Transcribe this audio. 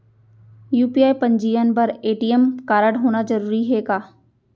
UPI पंजीयन बर ATM कारडहोना जरूरी हे का?